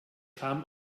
kam